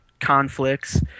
conflicts